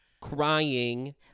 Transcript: crying